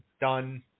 done